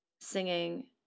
singing